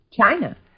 China